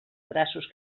braços